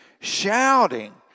shouting